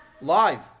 live